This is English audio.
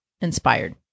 inspired